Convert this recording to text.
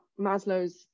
Maslow's